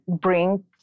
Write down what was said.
bring